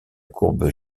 courbe